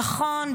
נכון,